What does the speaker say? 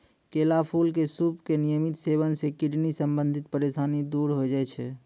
केला फूल के सूप के नियमित सेवन सॅ किडनी संबंधित परेशानी दूर होय जाय छै